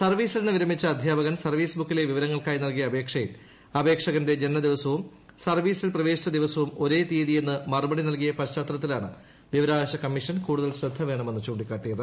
സർവീസിൽ നിന്ന് വിരമിച്ച അധ്യാപകൻ സർവീസ് ബുക്കിലെ വിവരങ്ങൾക്കായി നൽകിയ അപേക്ഷയിൽ അപേക്ഷകന്റെ ജനനദിവസവും സർവീസിൽ പ്രവേശിച്ച ദിവസവും ഒരേ തീയതിയെന്ന് മറുപടി നൽകിയ പശ്ചാത്തലത്തിലാണ് വിവരാവകാശ പ്ര കമ്മിഷൻ കൂടുതൽ ശ്രദ്ധവേണമെന്ന് ചൂണ്ടിക്കാട്ടിയത്